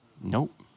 Nope